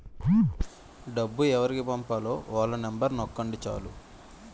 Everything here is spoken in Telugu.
డబ్బు ఎవరికి పంపాలో వాళ్ళ నెంబరు నొక్కండి చాలు